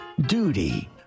duty